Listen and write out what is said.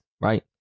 right